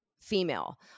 female